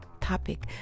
topic